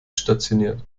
stationiert